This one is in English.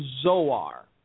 Zoar